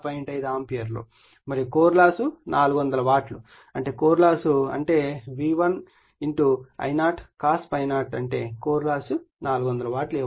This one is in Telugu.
5 ఆంపియర్ మరియు కోర్ లాస్ 400 వాట్ అంటే కోర్ లాస్ అంటే V1 I0 cos ∅0 అంటే కోర్ లాస్ 400 వాట్ ఇవ్వబడుతుంది